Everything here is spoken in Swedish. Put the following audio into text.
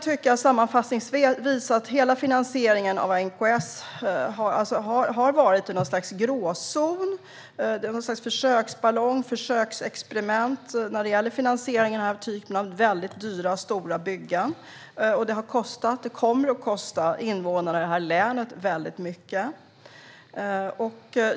Jag kan sammanfattningsvis tycka att hela finansieringen av NKS har varit i något slags gråzon. Det är något slags försöksballong. Det är ett experiment när det gäller finansiering av den här typen av väldigt dyra och stora byggen. Det kommer att kosta invånarna i länet väldigt mycket.